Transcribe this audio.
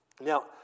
Now